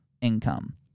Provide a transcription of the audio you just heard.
income